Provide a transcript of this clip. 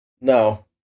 No